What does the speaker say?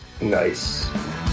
Nice